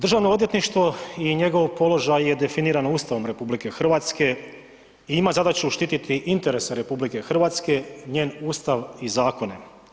Državno odvjetništvo i njegov položaj je definiran Ustavom RH i ima zadaće štititi interese RH, njen Ustav i zakone.